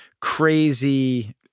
crazy